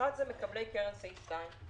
אחת זה מקבלי קרן סעיף 2,